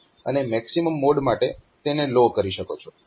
અને maximum mode માટે તેને લો કરી શકો છો